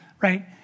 right